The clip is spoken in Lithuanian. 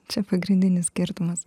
čia pagrindinis skirtumas